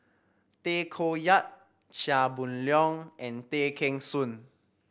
Tay Koh Yat Chia Boon Leong and Tay Kheng Soon